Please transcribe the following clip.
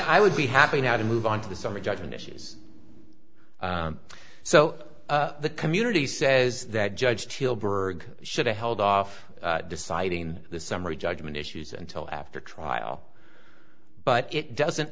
i would be happy now to move on to the summary judgment issues so the community says that judge hilberg should have held off deciding the summary judgment issues until after trial but it doesn't